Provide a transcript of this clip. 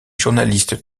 journalistes